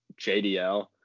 jdl